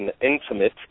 intimate